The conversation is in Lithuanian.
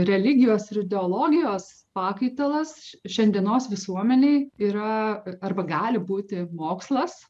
religijos ir ideologijos pakaitalas šiandienos visuomenėj yra arba gali būti mokslas